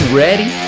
ready